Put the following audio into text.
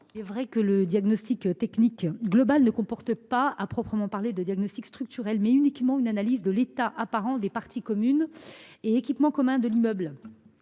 Il est vrai que le DTG comporte non pas, à proprement parler, de diagnostic structurel, mais uniquement une analyse de l’état apparent des parties communes et équipements communs de l’immeuble.